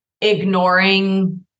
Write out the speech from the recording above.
ignoring